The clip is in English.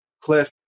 Cliff